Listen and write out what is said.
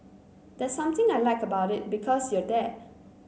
there's something I like about it because you're there